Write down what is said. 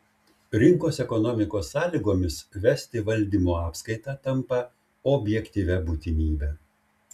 rinkos ekonomikos sąlygomis vesti valdymo apskaitą tampa objektyvia būtinybe